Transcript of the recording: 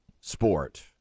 sport